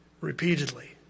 repeatedly